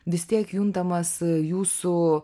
vis tiek juntamas jūsų